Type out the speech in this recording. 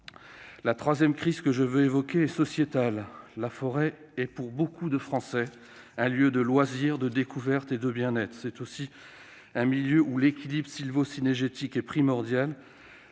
La troisième crise que je souhaite évoquer est sociétale : la forêt est, pour beaucoup de Français, un lieu de loisirs, de découverte et de bien-être ; c'est aussi un milieu dans lequel l'équilibre sylvocynégétique est primordial.